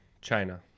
China